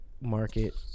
market